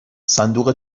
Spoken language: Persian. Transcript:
صندوق